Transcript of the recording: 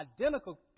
identical